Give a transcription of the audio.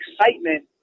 excitement